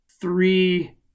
three